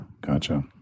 Gotcha